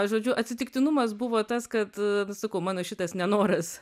žodžiu atsitiktinumas buvo tas kad sakau mano šitas nenoras